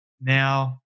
now